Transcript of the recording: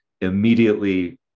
immediately